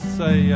say